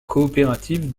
coopérative